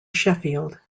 sheffield